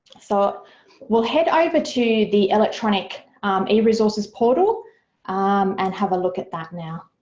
so we'll head over to the electronic eresources portal and have a look at that now.